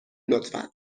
لطفا